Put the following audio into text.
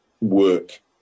work